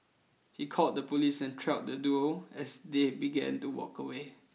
he called the police and trailed the duo as they began to walk away